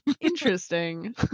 interesting